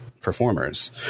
performers